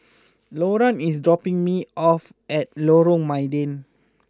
Loran is dropping me off at Lorong Mydin